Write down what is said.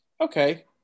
okay